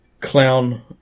clown